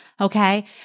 Okay